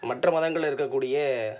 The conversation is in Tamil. மற்ற மதங்களில் இருக்கக்கூடிய